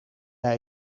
bij